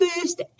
first